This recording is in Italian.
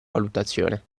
valutazione